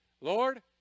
Lord